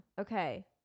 okay